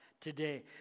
today